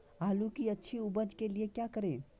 आलू की अच्छी उपज के लिए क्या करें?